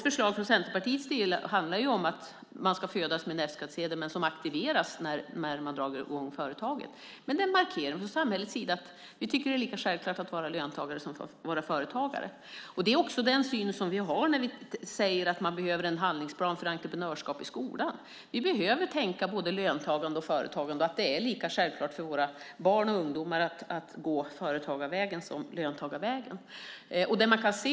Från Centerpartiets sida har vi ett förslag om att man ska födas med en F-skattsedel som aktiveras när man drar i gång företaget. Det är en markering från samhällets sida att man tycker att det är lika självklart att vara företagare som löntagare. Det är den syn vi har när vi säger att man behöver en handlingsplan för entreprenörskap i skolan. Vi behöver tänka både löntagande och företagande, och att det är lika självklart för våra barn och ungdomar att gå företagarvägen som löntagarvägen.